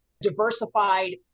diversified